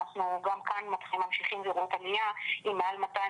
אנחנו גם כאן ממשיכים לראות עלייה עם מעל 220